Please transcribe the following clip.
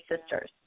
sisters